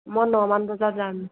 মই নমান বজাত যাম